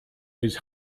his